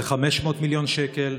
הוא 500 מיליון שקל,